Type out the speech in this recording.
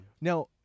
Now